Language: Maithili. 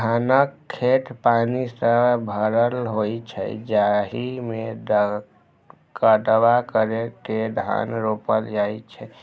धानक खेत पानि सं भरल होइ छै, जाहि मे कदबा करि के धान रोपल जाइ छै